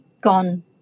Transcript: gone